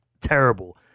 terrible